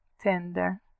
tender